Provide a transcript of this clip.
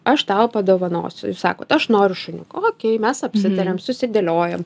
aš tau padovanosiu jūs sakot aš noriu šuniuko okei mes apsitarėm susidėliojom